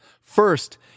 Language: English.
First